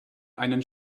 einen